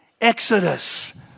Exodus